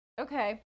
Okay